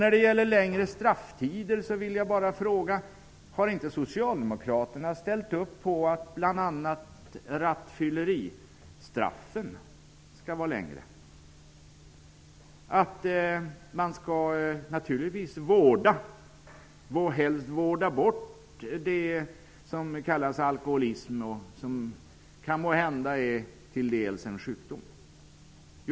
När det gäller längre strafftider vill jag bara fråga om inte Socialdemokraterna har ställt upp på att bl.a. rattfylleristraffen skall vara längre och att man, naturligtvis, skall vårda och helst ''vårda bort'' det som kallas alkoholism och som måhända till dels är en sjukdom.